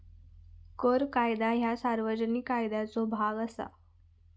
कर कायदा ह्या सार्वजनिक कायद्याचो भाग असा